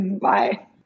Bye